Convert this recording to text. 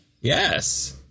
Yes